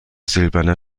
silberner